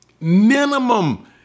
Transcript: minimum